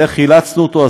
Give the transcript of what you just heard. ואיך חילצנו אותו.